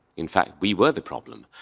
in fact, we were the problem.